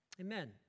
Amen